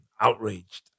outraged